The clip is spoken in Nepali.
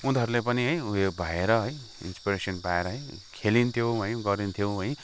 उनीहरूले पनि उयो भएर है इन्स्पिरेसन् पाएर है खेलिनथ्यो गरिनथ्यो है हामी